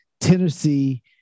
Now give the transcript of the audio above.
Tennessee